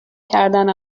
کردن